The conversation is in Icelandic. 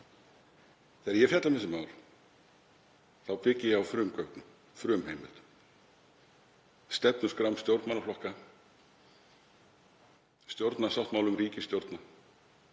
Þegar ég fjalla um þessi mál þá byggi ég á frumgögnum, frumheimildum, stefnuskrám stjórnmálaflokka, stjórnarsáttmálum ríkisstjórna,